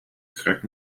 correct